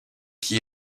qui